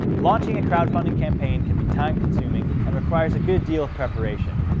launching a crowdfunding campaign can be time consuming and requires a good deal of preparation,